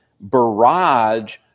barrage